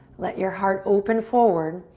let your heart open forward.